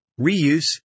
Reuse